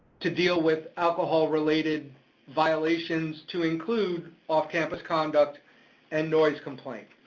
to deal with alcohol-related violations to include off-campus conduct and noise complaints.